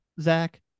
Zach